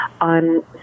on